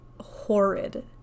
horrid